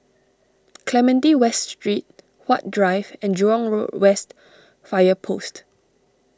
Clementi West Street Huat Drive and Jurong West Fire Post